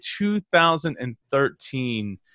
2013